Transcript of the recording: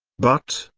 but,